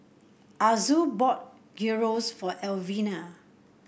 Azul bought Gyros for Elvina